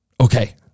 Okay